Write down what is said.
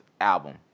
album